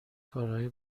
کارهای